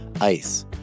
ice